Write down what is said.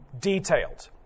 detailed